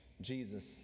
Jesus